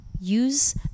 Use